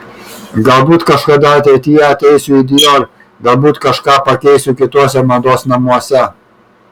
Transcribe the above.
galbūt kažkada ateityje ateisiu į dior galbūt kažką pakeisiu kituose mados namuose